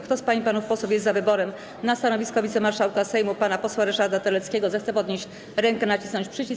Kto z pań i panów posłów jest za wyborem na stanowisko wicemarszałka Sejmu pana posła Ryszarda Terleckiego, zechce podnieść rękę i nacisnąć przycisk.